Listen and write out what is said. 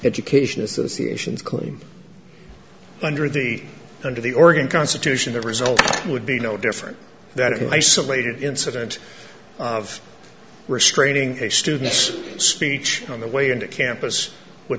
education association claim under the under the oregon constitution the result would be no different that in isolated incident of restraining a student's speech on the way into campus would